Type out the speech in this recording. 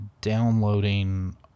downloading